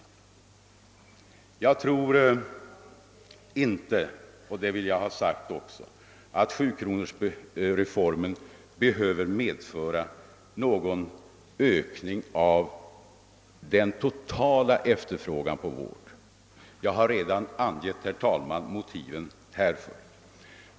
Jag tror inte — det vill jag också ha sagt — att sjukronorsreformen behöver medföra någon ökning av den totala efterfrågan på vård. Jag har redan angivit motiven härför.